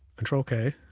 control k,